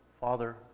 Father